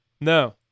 no